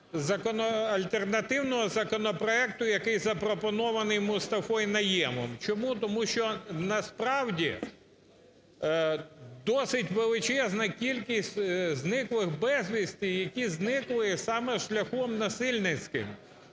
альтернативного законопроекту, який запропонований Мустафою Найємом. Чому? Тому що насправді досить величезна кількість зниклих без вісті, які зникли саме шляхом насильницьким.